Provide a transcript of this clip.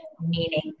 meaning